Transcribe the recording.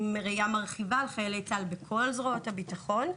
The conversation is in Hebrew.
עם ראייה מרחיבה על חיילי צה"ל בכל זרועות הביטחון.